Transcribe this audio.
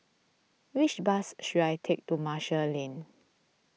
which bus should I take to Marshall Lane